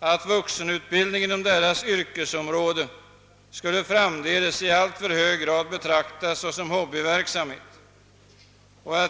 att vuxenutbildningen inom deras yrkesområde framdeles i alltför hög grad skulle betraktas som hobbyverksamhet.